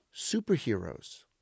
superheroes